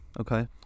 Okay